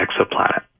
exoplanet